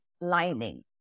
lining